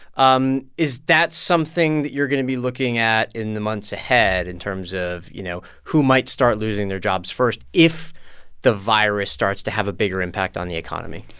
um is that something that you're going to be looking at in the months ahead in terms of, you know, who might start losing their jobs first if the virus starts to have a bigger impact on the economy?